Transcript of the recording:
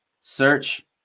search